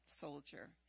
soldier